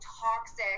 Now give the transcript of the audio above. toxic